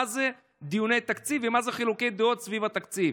זה דיוני תקציב ומה זה חילוקי דעות סביב התקציב.